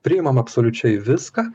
priimamam absoliučiai viską